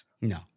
No